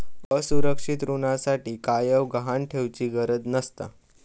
असुरक्षित ऋणासाठी कायव गहाण ठेउचि गरज नसता